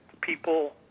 people